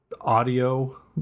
audio